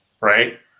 Right